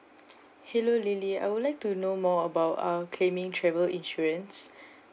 hello lily I would like to know more about uh claiming travel insurance